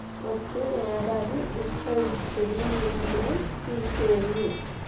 వచ్చే ఏడాది రిచర్డ్ పెళ్లి ఈవెంట్ను తీసేయి